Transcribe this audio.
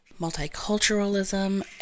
Multiculturalism